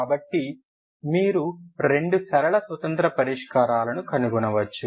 కాబట్టి మీరు రెండు సరళ స్వతంత్ర పరిష్కారాలను కనుగొనవచ్చు